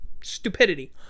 stupidity